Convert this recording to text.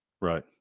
right